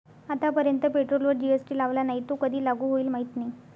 आतापर्यंत पेट्रोलवर जी.एस.टी लावला नाही, तो कधी लागू होईल माहीत नाही